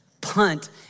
punt